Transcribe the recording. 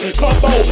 combo